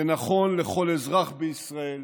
זה נכון לכל אזרח בישראל